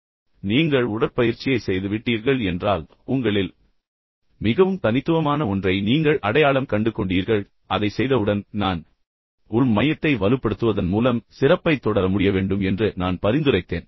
இப்போது நீங்கள் உடற்பயிற்சியை செய்துவிட்டீர்கள் என்று கருதுகிறேன் பின்னர் உங்களில் மிகவும் தனித்துவமான ஒன்றை நீங்கள் அடையாளம் கண்டுகொண்டீர்கள் உங்கள் தனித்துவமான திறன் மற்றும் நீங்கள் அதை செய்தவுடன் நான் உள் மையத்தை வலுப்படுத்துவதன் மூலம் நீங்கள் சிறப்பைத் தொடர முடியவேண்டும் என்று நான் பரிந்துரைத்தேன்